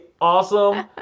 awesome